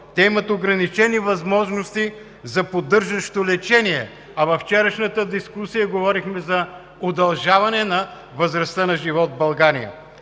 те имат ограничени възможности за поддържащо лечение, а във вчерашната дискусия говорихме за удължаване на възрастта на живот в България.